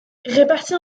réparties